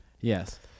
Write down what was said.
Yes